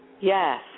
Yes